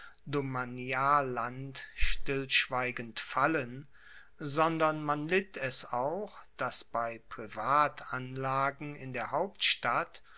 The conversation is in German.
domanialland stillschweigend fallen sondern man litt es auch dass bei privatanlagen in der hauptstadt